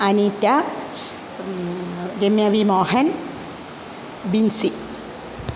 Aneeta Ramya V Mohan Binsi